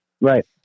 Right